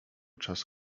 czas